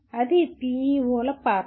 అది పిఇఓల పాత్ర